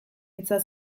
hitza